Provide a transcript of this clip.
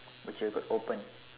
which you could open